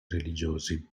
religiosi